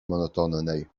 monotonnej